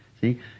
See